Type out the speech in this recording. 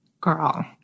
Girl